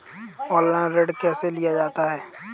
Online ऋण कैसे लिया जाता है?